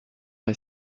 est